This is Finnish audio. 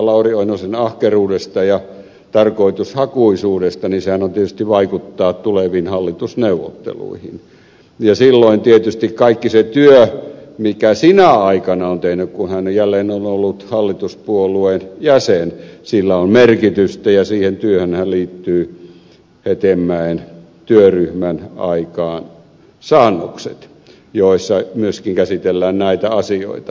lauri oinosen ahkeruudesta ja tarkoitushakuisuudesta vaikuttaa tuleviin hallitusneuvotteluihin ja silloin tietysti kaikella sillä työllä mikä sinä aikana on tehty kun hän jälleen on ollut hallituspuolueen jäsen on merkitystä ja siihen työhönhän liittyy hetemäen työryhmän aikaansaannokset joissa myöskin käsitellään näitä asioita